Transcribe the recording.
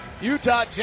Utah